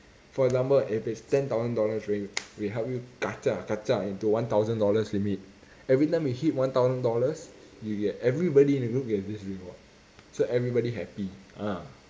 for example if it's ten thousand dollars already we help you ka zha ka zha into one thousand dollars limit every time you hit one thousand dollars you get everybody in the group gets this reward so everybody happy ah